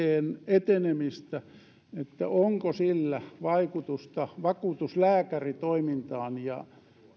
etenemistä onko sillä vaikutusta vakuutuslääkäritoimintaan ja